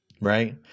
right